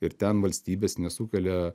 ir ten valstybės nesukelia